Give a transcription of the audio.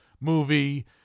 movie